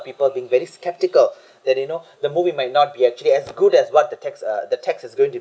people being very skeptical that you know the movie might not be actually as good as what the text uh the text is going to